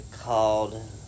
called